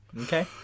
okay